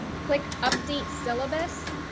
click update syllabus.